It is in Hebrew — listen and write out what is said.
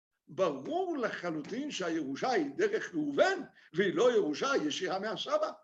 ברור לחלוטין שהירושה היא דרך ראובן והיא לא ירושה ישירה מהסבא